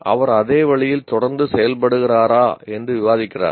அவர் அதே வழியில் தொடர்ந்து செயல்படுகிறாரா என்று விவாதிக்கிறார்